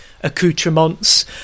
accoutrements